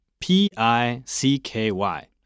P-I-C-K-Y